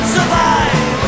Survive